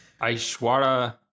Aishwara